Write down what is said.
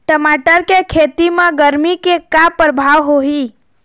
टमाटर के खेती म गरमी के का परभाव होही?